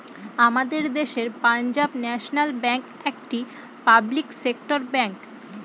আমাদের দেশের Punjab national bank একটি পাবলিক সেক্টর ব্যাঙ্ক